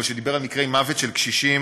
אבל שדיבר על מקרי מוות של קשישים.